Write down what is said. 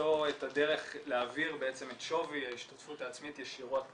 למצוא את הדרך להעביר את שווי ההשתתפות העצמית ישירות